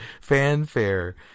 fanfare